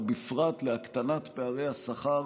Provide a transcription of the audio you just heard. ובפרט להקטנת פערי השכר